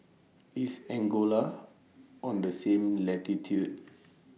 IS Angola on The same latitude